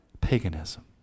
paganism